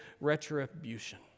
retribution